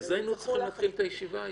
בזה היינו צריכים להתחיל את הישיבה היום.